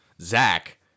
Zach